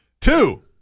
Two